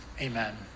Amen